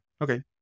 Okay